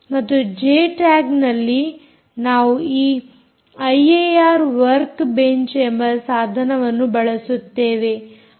ಮತ್ತು ಜೆ ಟ್ಯಾಗ್ನಲ್ಲಿ ನಾವು ಈ ಐಏಆರ್ ವರ್ಕ್ ಬೆಂಚ್ ಎಂಬ ಸಾಧನವನ್ನು ಬಳಸುತ್ತೇವೆ